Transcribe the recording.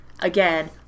again